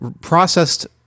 processed